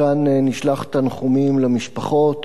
מכאן נשלח תנחומים למשפחות